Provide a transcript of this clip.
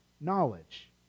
knowledge